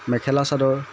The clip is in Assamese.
মেখেলা চাদৰ